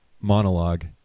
monologue